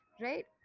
right